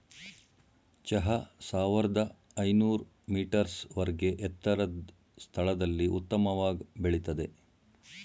ಚಹಾ ಸಾವಿರ್ದ ಐನೂರ್ ಮೀಟರ್ಸ್ ವರ್ಗೆ ಎತ್ತರದ್ ಸ್ಥಳದಲ್ಲಿ ಉತ್ತಮವಾಗ್ ಬೆಳಿತದೆ